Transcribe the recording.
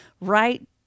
right